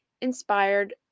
inspired